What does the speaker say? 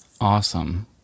Awesome